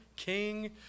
King